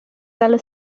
dallo